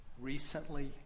recently